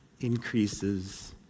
increases